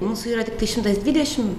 mūsų yra tiktai šimtas dvidešimt